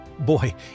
boy